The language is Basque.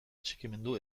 atxikimendu